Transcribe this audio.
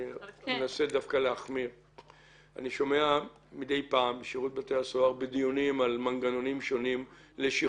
אני שומע מדי פעם בדיונים משירות בתי הסוהר על מנגנונים שונים לשחרור.